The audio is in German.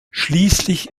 schließlich